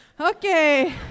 Okay